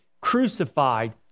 crucified